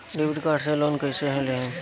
Debit card से loan कईसे लेहम?